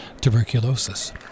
tuberculosis